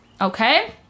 Okay